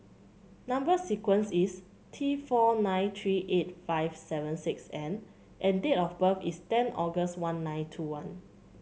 number sequence is T four nine three eight five seven six N and date of birth is ten August one nine two one